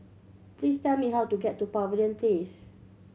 please tell me how to get to Pavilion Place